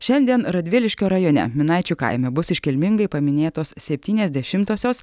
šiandien radviliškio rajone minaičių kaime bus iškilmingai paminėtos septyniasdešimtosios